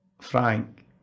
Frank